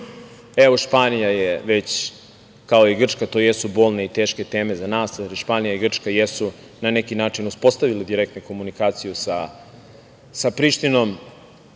Evo, Španija je već kao i Grčka, to je su bolne i teške teme za nas, jer Španije i Grčka jesu na neki način uspostavile direktne komunikacije sa Prištinom.